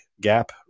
gap